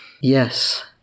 Yes